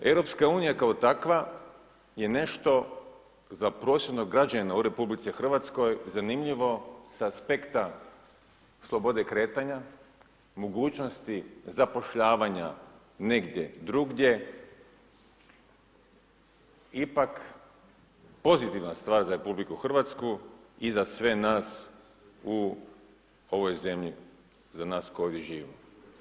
EU kao takva je nešto za prosječnog građanina u RH zanimljivo s aspekta slobode kretanja, mogućnosti zapošljavanja negdje drugdje ipak pozitivna stvar za RH i za sve nas u ovoj zemlji, za nas koji ovdje živimo.